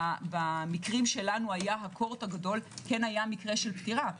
במקרים שלנו היה מקרה של פטירה ממיוקרדיטיס.